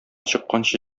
чыкканчы